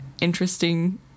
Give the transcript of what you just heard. interesting